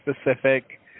specific